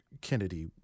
Kennedy